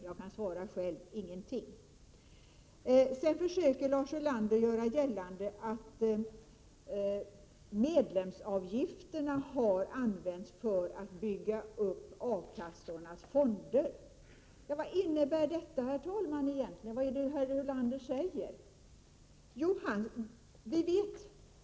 Jag kan svara själv: Ingenting! Lars Ulander försöker göra gällande att medlemsavgifterna har använts till att bygga upp A-kassornas fonder. Vad innebär detta, herr talman, egentligen? Vad är det herr Ulander säger?